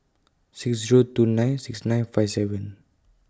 six Zero two nine six nine five seven